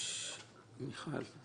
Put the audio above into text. מיכל,